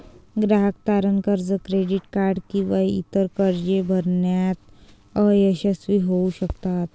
ग्राहक तारण कर्ज, क्रेडिट कार्ड किंवा इतर कर्जे भरण्यात अयशस्वी होऊ शकतात